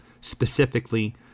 specifically